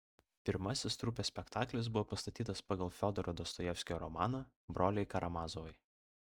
pirmasis trupės spektaklis buvo pastatytas pagal fiodoro dostojevskio romaną broliai karamazovai